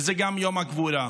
וזה גם יום הגבורה,